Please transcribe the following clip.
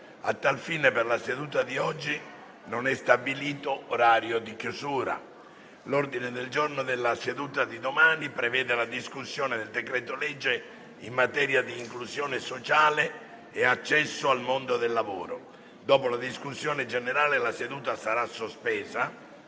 A tal fine per la seduta di oggi non è stabilito orario di chiusura. L'ordine del giorno della seduta di domani prevede la discussione del decreto-legge in materia di inclusione sociale e accesso al mondo del lavoro. Dopo la discussione generale la seduta sarà sospesa,